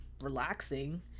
relaxing